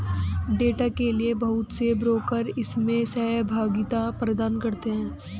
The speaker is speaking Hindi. डेटा के लिये बहुत से ब्रोकर इसमें सहभागिता प्रदान करते हैं